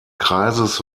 kreises